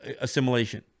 assimilation